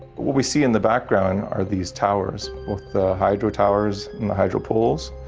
what we see in the background are these towers, both the hydro towers and hydro poles,